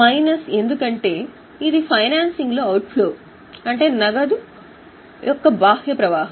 minus ఎందుకంటే ఇది ఫైనాన్సింగ్లో అవుట్ ఫ్లో కాబట్టి మనము దానిని O లో చేర్చుతాము